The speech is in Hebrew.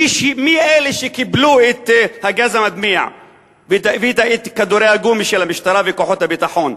מי אלה שקיבלו את הגז המדמיע ואת כדורי הגומי של המשטרה וכוחות הביטחון,